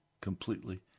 completely